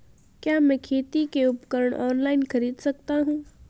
क्या मैं खेती के उपकरण ऑनलाइन खरीद सकता हूँ?